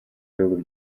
y’ibihugu